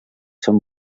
són